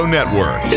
Network